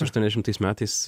aštuoniasdešimais metais